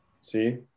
See